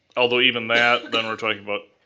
although even that, then we're talking about.